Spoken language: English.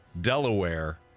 Delaware